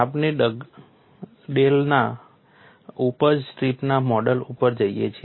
આપણે ડગડેલના Dugdale's ઉપજ સ્ટ્રીપના મોડેલ ઉપર જઈએ છીએ